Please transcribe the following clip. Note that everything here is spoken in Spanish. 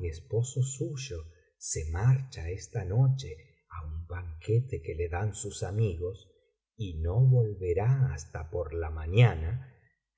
y esposo suyo se marcha esta noche á un banquete que le dan sus amigos y no volverá hasta por la mañana